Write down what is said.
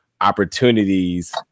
opportunities